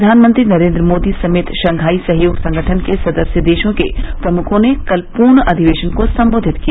प्रधानमंत्री नरेन्द्र मोदी समेत शंघाई सहयोग संगठन के सदस्य देशों के प्रमुखों ने कल पूर्ण अधिवेशन को संबोधित किया